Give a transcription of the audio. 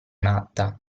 matta